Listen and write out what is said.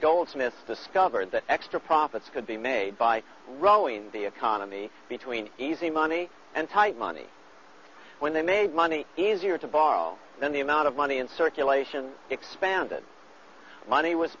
goldsmith discovered that extra profits could be made by rolling the economy between easy money and tight money when they made money easier to borrow then the amount of money in circulation expanding money was